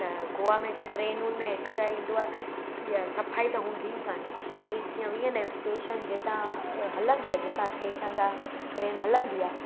त गोआ में छा ट्रेनुनि में हिकिड़ा ईंदो आहे ईअं सफ़ाई त हूंदी ई काने पहिरीं जीअं ईअं नयूं स्टेशन जितां हलंदी आहे जितां स्टेशन था ट्रेन हलंदी आहे